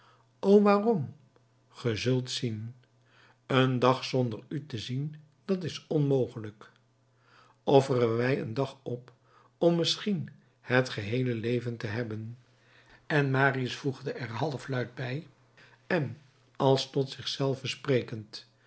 o waarom ge zult zien een dag zonder u te zien dat is onmogelijk offeren wij een dag op om misschien het geheele leven te hebben en marius voegde er halfluid bij en als tot zich zelven